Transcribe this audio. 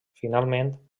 finalment